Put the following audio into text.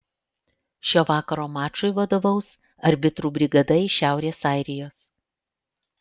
šio vakaro mačui vadovaus arbitrų brigada iš šiaurės airijos